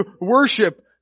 worship